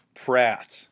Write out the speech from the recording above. pratt